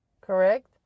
correct